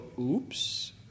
Oops